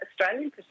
Australian